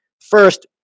first